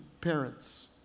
parents